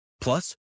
Plus